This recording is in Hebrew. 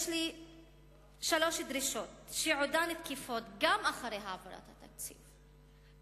יש לי שלוש דרישות שעודן תקפות גם אחרי העברת התקציב,